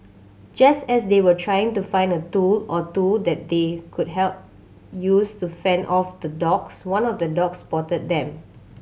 just as they were trying to find a tool or two that they could help use to fend off the dogs one of the dogs spotted them